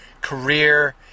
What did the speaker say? career